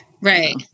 Right